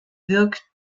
wirkt